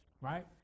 right